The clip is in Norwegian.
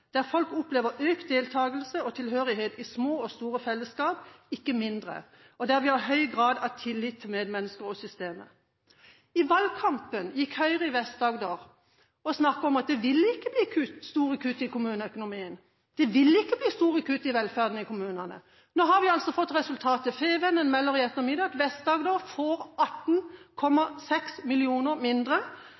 der folk opplever økt deltakelse og tilhørighet i små og store fellesskap, ikke mindre, og der vi har høy grad av tillit til medmennesker og systemer. I valgkampen snakket Høyre i Vest-Agder om at det ville ikke bli store kutt i kommuneøkonomien, det ville ikke bli store kutt i velferden i kommunene. Nå har vi fått resultatet. Fædrelandsvennen meldte i ettermiddag at Vest-Agder får 18,6 mill. kr mindre